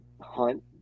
hunt